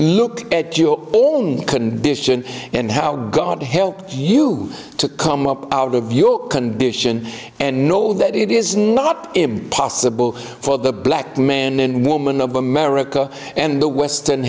look at your all couldn't vision and how god help you to come up out of your condition and know that it is not impossible for the black man and woman of america and the western